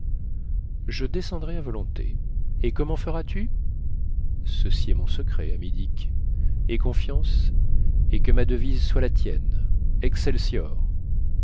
je descendrai à volonté et comment feras-tu ceci est mon secret ami dick aie confiance et que ma devise soit la tienne excelcior